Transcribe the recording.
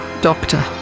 Doctor